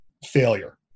Failure